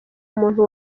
muntu